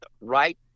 right